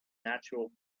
natural